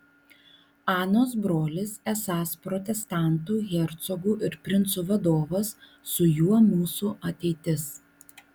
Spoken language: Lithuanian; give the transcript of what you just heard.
anos brolis esąs protestantų hercogų ir princų vadovas su juo mūsų ateitis